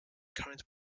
current